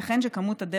תודעה,